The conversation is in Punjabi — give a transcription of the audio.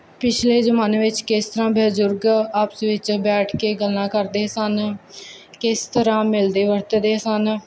ਪਿਛਲੇ ਜਮਾਨੇ ਵਿੱਚ ਕਿਸ ਤਰ੍ਹਾਂ ਬਜ਼ੁਰਗ ਆਪਸ ਵਿੱਚ ਬੈਠ ਕੇ ਗੱਲਾਂ ਕਰਦੇ ਸਨ ਕਿਸ ਤਰ੍ਹਾਂ ਮਿਲਦੇ ਵਰਤਦੇ ਸਨ